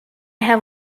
have